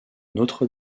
notre